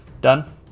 Done